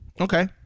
Okay